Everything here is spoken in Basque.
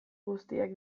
guztiak